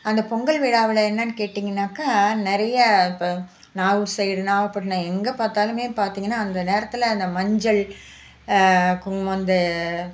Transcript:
அந்த பொங்கல் விழாவில் என்னனு கேட்டிங்கனாக்கா நிறைய இப்போ நாகூர் சைடு நாகப்பட்டினம் எங்கே பார்த்தாலுமே பார்த்திங்கனா அந்த நேரத்தில் அந்த மஞ்சள் குங்குமம் இந்த